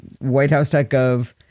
WhiteHouse.gov